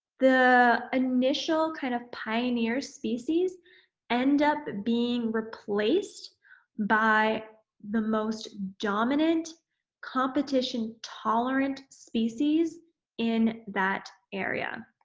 the initial kind of pioneer species end up being replaced by the most dominant competition tolerant species in that area.